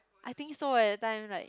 I think so eh that time like